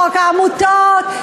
חוק העמותות,